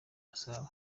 gasabo